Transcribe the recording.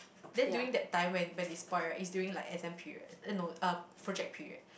then during that time when when it spoiled right it's during like exam period eh no uh project period